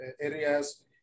areas